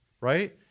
right